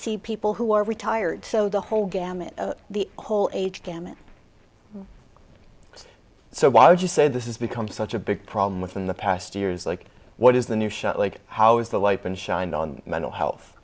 see people who are retired so the whole gamut of the whole age gamut so why would you say this is become such a big problem with in the past years like what is the new show like how is the wipe and shine on mental health